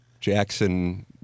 Jackson